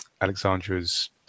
Alexandra's